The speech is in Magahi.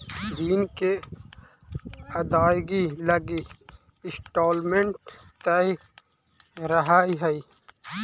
ऋण के अदायगी लगी इंस्टॉलमेंट तय रहऽ हई